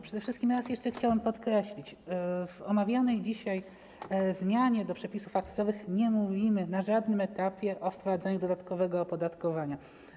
Przede wszystkim raz jeszcze chciałbym podkreślić, że w omawianej dzisiaj zmianie przepisów akcyzowych nie mówimy na żadnym etapie o wprowadzeniu dodatkowego opodatkowania.